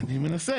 אני מנסה.